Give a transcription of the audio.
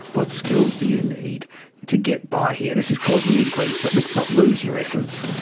what skills do you need to get by here? this is causing you grief, but let's not lose your essence,